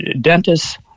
dentists